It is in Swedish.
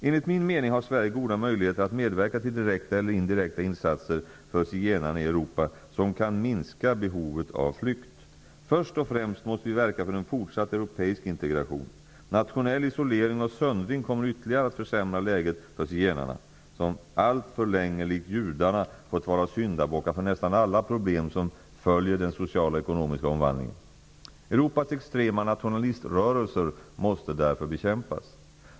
Enligt min mening har Sverige goda möjligheter att medverka till direkta eller indirekta insatser för zigenarna i Europa som kan minska behovet av flykt. För det första måste vi verka för en fortsatt europeisk integration. Nationell isolering och söndring kommer ytterligare att försämra läget för zigenarna, som alltför länge likt judarna fått vara syndabockar för nästan alla problem som följer den sociala och ekonomiska omvandlingen. Europas extrema nationaliströrelser måste därför bekämpas.